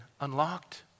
unlocked